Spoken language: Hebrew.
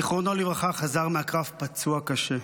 זיכרונו לברכה, חזר מהקרב פצוע קשה.